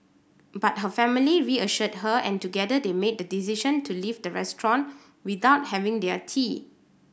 but her family reassured her and together they made the decision to leave the restaurant without having their tea